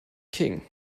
king